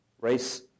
race